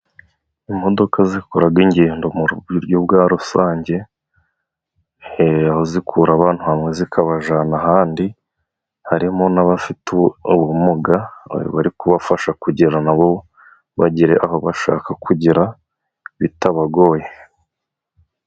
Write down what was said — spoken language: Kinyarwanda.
Imodoka zikoraga ingendo mu buryo bwa rusange he aho zikura abantu hamwe zikabajana ahandi harimo n'abafite ubumuga bari kubafasha kugira nabo bagere aho bashaka kugera bitabagoye.